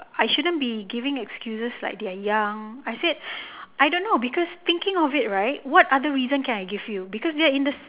I shouldn't be giving excuses like they are young I said I don't know because thinking of it right what other reason can I give you because they are in the